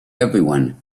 everyone